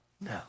No